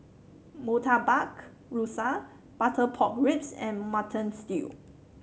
Murtabak Rusa Butter Pork Ribs and Mutton Stew